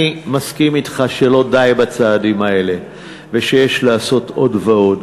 אני מסכים אתך שלא די בצעדים האלה ויש לעשות עוד ועוד.